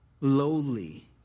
lowly